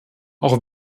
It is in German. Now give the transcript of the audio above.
auch